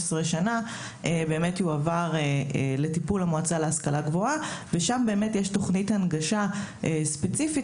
שנים יועבר לטיפול המועצה להשכלה גבוהה ושם יש תוכנית הנגשה ספציפית